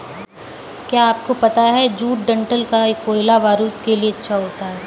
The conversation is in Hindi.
क्या आपको पता है जूट डंठल का कोयला बारूद के लिए अच्छा होता है